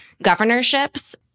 governorships